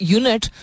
unit